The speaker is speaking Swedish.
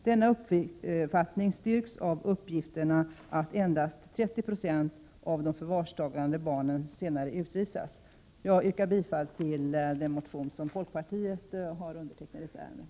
Denna uppfattning styrks av uppgifterna att endast 30 90 av de förvarstagna barnen senare utvisats. Fru talman! Jag yrkar bifall till den reservation i detta ärende som folkpartiet har ställt sig bakom.